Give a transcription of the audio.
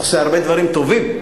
עושה הרבה דברים טובים.